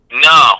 No